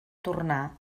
tornar